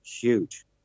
huge